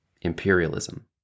imperialism